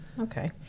Okay